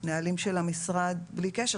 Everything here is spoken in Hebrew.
בנהלים של המשרד בלי קשר.